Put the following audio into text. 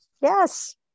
Yes